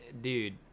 Dude